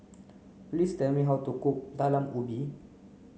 please tell me how to cook talam ubi